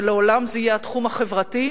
ולעולם זה יהיה התחום החברתי,